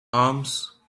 arms